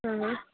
ہاں